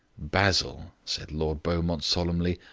basil, said lord beaumont solemnly,